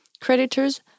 creditors